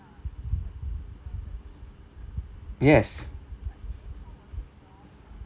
yes